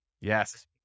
Yes